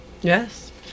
Yes